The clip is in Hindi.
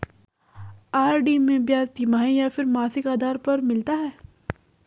आर.डी में ब्याज तिमाही या फिर मासिक आधार पर मिलता है?